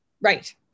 Right